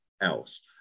else